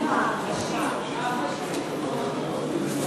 מעניין אם הם יזדהו אתך.